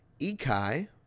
Ikai